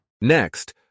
Next